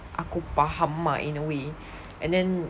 aku faham ah in a way and then